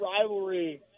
rivalry